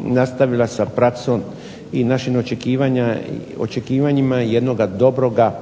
nastavila sa praksom i našim očekivanjima jednoga dobroga